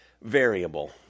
variable